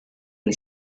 and